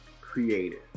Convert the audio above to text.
creative